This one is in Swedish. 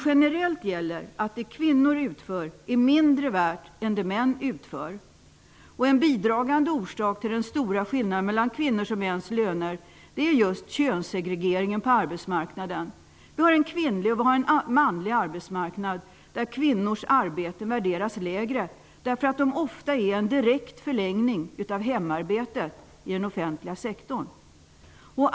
Generellt gäller att det kvinnor utför är mindre värt än det män utför. En bidragande orsak till den stora skillnaden mellan kvinnors och mäns löner är just könssegregeringen på arbetsmarknaden. Vi har en kvinnlig och en manlig arbetsmarknad. Kvinnors arbeten värderas lägre därför att de ofta är en direkt förlängning av hemarbetet i den offentliga sektorn.